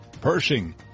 Pershing